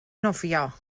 nofio